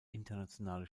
internationale